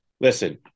listen